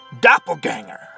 Doppelganger